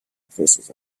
faces